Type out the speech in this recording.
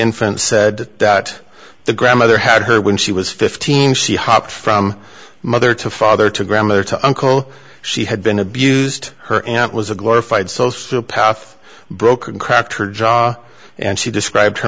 infant said that the grandmother had her when she was fifteen she hopped from mother to father to grandmother to uncle she had been abused her aunt was a glorified sociopath broken cracked her job and she described her